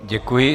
Děkuji.